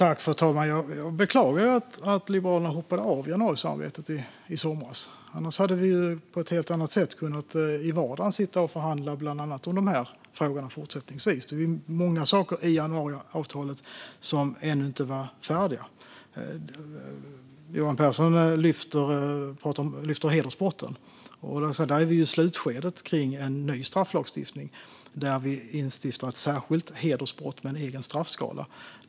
Fru talman! Jag beklagar att Liberalerna hoppade av januarisamarbetet i somras. Annars hade vi på ett helt annat sätt kunnat fortsätta förhandla i vardagen om bland annat de här frågorna. Det var ju många saker i januariavtalet som ännu inte var färdiga. Johan Pehrson lyfter fram hedersbrotten. Där är vi i slutskedet med en ny strafflagstiftning. Vi instiftar ett särskilt hedersbrott med en egen straffskala.